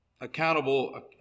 accountable